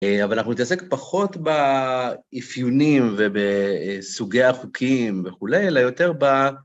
אבל אנחנו נתעסק פחות באפיונים ובסוגי החוקים וכולי, אלא יותר ב...